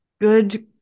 Good